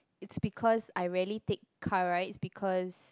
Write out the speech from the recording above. is because I rarely take car rides because